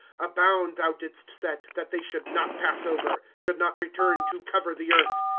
a bound thou didst set, that they should not pass over, should not return to cover the earth.